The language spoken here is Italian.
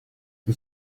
per